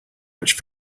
much